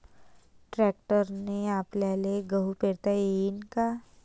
ट्रॅक्टरने आपल्याले गहू पेरता येईन का?